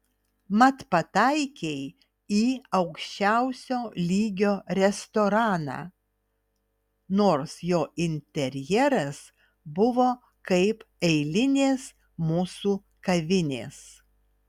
mat pataikei į aukščiausio lygio restoraną nors jo interjeras buvo kaip eilinės mūsų kavinės